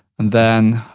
and then,